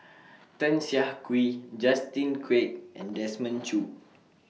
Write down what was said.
Tan Siah Kwee Justin Quek and Desmond Choo